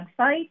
website